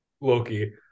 loki